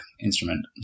instrument